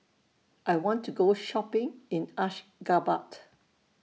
I want to Go Shopping in Ashgabat